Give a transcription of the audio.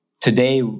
today